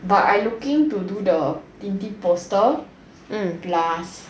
but I looking to do the tinti poster plus